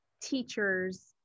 teachers